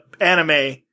anime